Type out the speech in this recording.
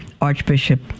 Archbishop